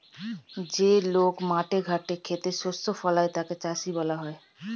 যে লোক মাঠে ঘাটে খেতে শস্য ফলায় তাকে চাষী বলা হয়